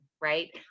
right